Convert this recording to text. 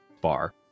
bar